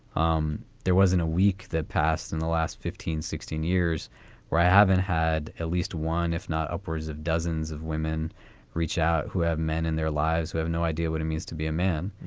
um there wasn't a week that passed in the last fifteen, sixteen years where i haven't had at least one, if not upwards of dozens of women reach out who have men in their lives who have no idea what it means to be a man.